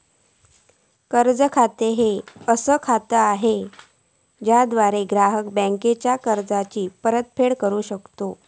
कर्ज खाता ह्या असा खाता असा ज्याद्वारा ग्राहक बँकेचा कर्जाचो परतफेड करू शकता